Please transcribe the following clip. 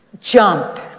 Jump